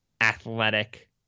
athletic